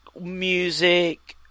music